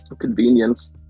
convenience